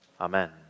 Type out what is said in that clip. Amen